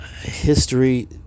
History